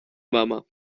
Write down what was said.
mama